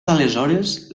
d’aleshores